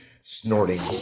snorting